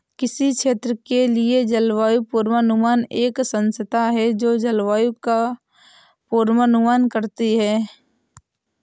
किसी क्षेत्र के लिए जलवायु पूर्वानुमान एक संस्था है जो जलवायु का पूर्वानुमान करती है